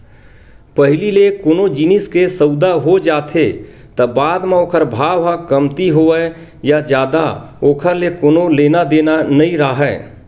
पहिली ले कोनो जिनिस के सउदा हो जाथे त बाद म ओखर भाव ह कमती होवय या जादा ओखर ले कोनो लेना देना नइ राहय